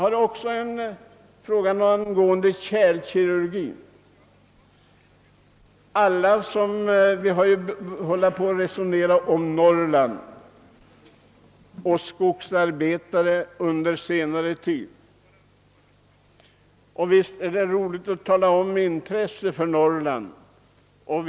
I motionen II: 670 har hemställts om inrättande av en professur i kärlkirurgi. Vi har under senare år ofta diskuterat Norrlandsproblem och de svårigheter som skogsarbetarna har.